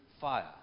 fire